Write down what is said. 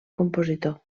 compositor